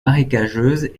marécageuse